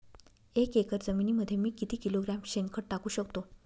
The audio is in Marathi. एक एकर जमिनीमध्ये मी किती किलोग्रॅम शेणखत टाकू शकतो?